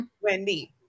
Wendy